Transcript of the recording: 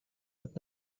but